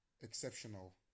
exceptional